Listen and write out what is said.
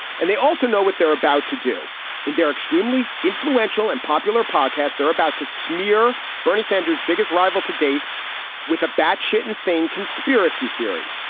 and they also know what they're about to do in their extremely influential and popular podcast. they're about to smear bernie sanders biggest rival to date with a batshit insane conspiracy theory.